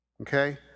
okay